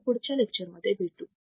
आपण पुढच्या लेक्चर मध्ये भेटू